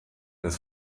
des